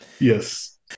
yes